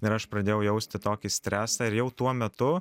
ir aš pradėjau jausti tokį stresą ir jau tuo metu